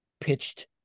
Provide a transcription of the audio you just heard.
pitched